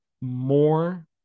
more